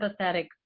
empathetic